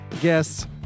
guests